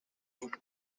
good